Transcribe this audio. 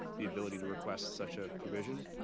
the ability to request such a provision,